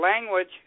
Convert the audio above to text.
language